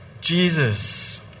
Jesus